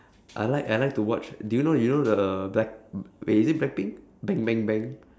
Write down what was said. I like I like to watch do you know yo~ know the black wait is it blackpink bang bang bang